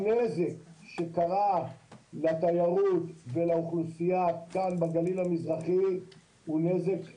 הנזק שנגרם לתיירות ולאוכלוסייה כאן בגליל המזרחי הוא נזק מטורף.